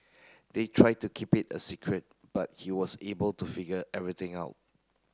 they tried to keep it a secret but he was able to figure everything out